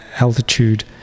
altitude